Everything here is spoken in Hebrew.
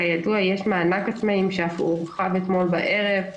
כידוע יש מענק עצמאים שהורחב גם אתמול בערב.